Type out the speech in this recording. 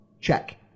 Check